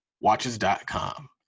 watches.com